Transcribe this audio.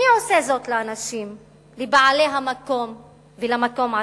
מי עושה זאת לאנשים, לבעלי המקום ולמקום עצמו?